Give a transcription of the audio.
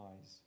eyes